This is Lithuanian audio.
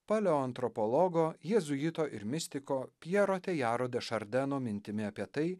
paleoantropologo jėzuito ir mistiko pjero tejaro dešardeno mintimi apie tai